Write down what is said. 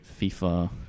FIFA